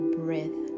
breath